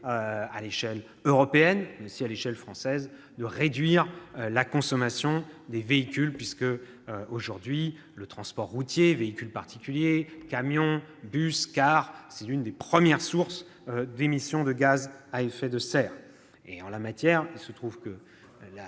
à l'échelle européenne, mais aussi à l'échelle française, de réduire la consommation des véhicules, puisque, aujourd'hui, le transport routier- véhicules particuliers, camions, bus, cars -est l'une des premières sources d'émission de gaz à effet de serre. Ce n'est pas la première ! Il se trouve que